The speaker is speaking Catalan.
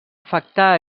afectar